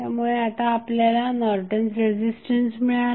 त्यामुळे आता आपल्याला नॉर्टन्स रेझिस्टन्स मिळाला